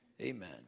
amen